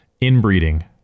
Inbreeding